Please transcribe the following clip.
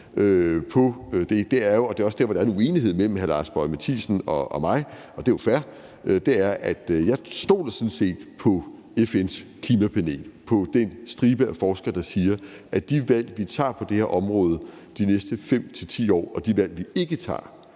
det er også der, hvor der er en uenighed mellem hr. Lars Boje Mathiesen og mig, og det er fair – er jo, at jeg sådan set stoler på FN's Klimapanel og på den stribe af forskere, der siger, at de valg, vi tager på det her område de næste 5-10 år, og de valg, vi ikke tager,